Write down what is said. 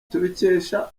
tubikesha